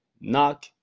Knock